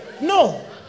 No